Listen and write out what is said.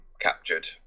captured